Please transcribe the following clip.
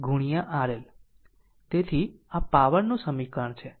તેથી આ પાવર નું સમીકરણ છે